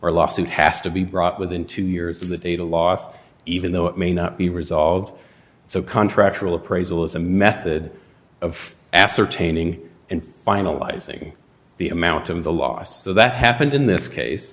or a lawsuit has to be brought within two years of the data loss even though it may not be resolved so contractual appraisal as a method of ascertaining and finalizing the amount of the loss so that happened in this case